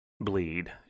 bleed